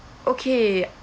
okay